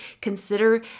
Consider